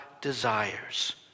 desires